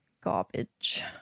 garbage